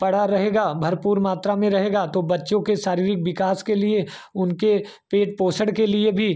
पड़ा रहेगा भरपूर मात्रा में रहेगा तो बच्चों के शारीरिक विकास के लिए उनके पेट पोषण के लिए भी